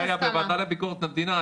כי זה היה בוועדה לביקורת המדינה,